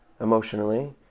emotionally